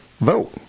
vote